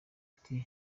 uti